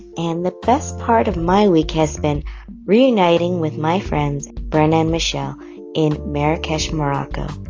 and the best part of my week has been reuniting with my friends brenda and michelle in marrakech, morocco.